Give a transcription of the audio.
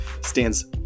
stands